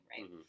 Right